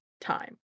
time